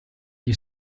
gli